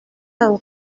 babo